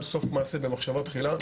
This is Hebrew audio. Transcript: סוף מעשה במחשבה תחילה.